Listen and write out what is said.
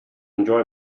enjoy